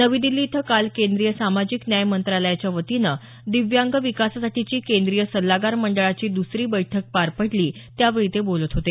नवी दिल्ली इथं काल केंद्रीय सामाजिक न्याय मंत्रालयाच्या वतीनं दिव्यांग विकासासाठीची केंद्रीय सल्लगार मंडळाची दुसरी बैठक पार पडली त्यावेळी ते बोलत होते